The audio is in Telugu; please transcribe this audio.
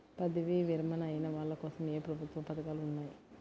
పదవీ విరమణ అయిన వాళ్లకోసం ఏ ప్రభుత్వ పథకాలు ఉన్నాయి?